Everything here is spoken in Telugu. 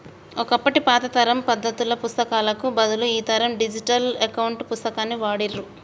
ఒకప్పటి పాత తరం పద్దుల పుస్తకాలకు బదులు ఈ తరం డిజిటల్ అకౌంట్ పుస్తకాన్ని వాడుర్రి